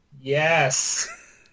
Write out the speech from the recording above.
Yes